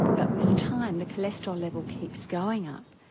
but with time the cholesterol level keeps going up,